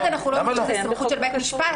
כל עוד אנחנו לא --- סמכות של בית משפט,